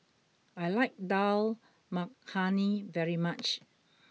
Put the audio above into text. I like Dal Makhani very much